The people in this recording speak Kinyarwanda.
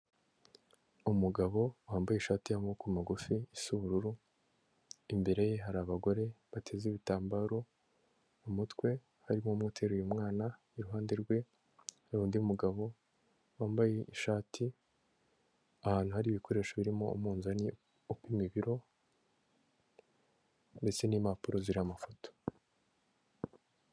Umugabo wambaye ishati y'amaboko magufi isa ubururu, imbere ye hari abagore bateze ibitambaro mu mutwe harimo n'uteruye mwana, i ruhande rwe hari undi mugabo wambaye ishati, ahantu hari ibikoresho birimo umunzani upima ibiriro ndetse n'impapuro ziriho amafoto.